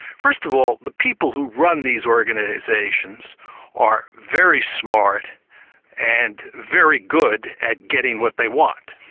first of all, the people who run these organisations are very smart and very good at getting what they want.